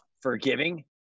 forgiving